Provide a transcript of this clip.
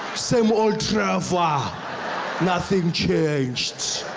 same old treva! nothing changed.